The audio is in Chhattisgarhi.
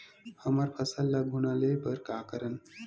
हमर फसल ल घुना ले बर का करन?